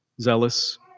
zealous